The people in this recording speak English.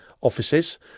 offices